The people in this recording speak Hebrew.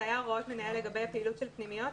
זה היה הוראות מנהל לגבי פעילות של פנימיות.